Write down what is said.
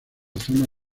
zona